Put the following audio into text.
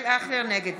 נגד